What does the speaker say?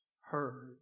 heard